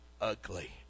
ugly